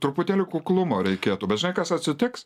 truputėlį kuklumo reikėtų bet žinai kas atsitiks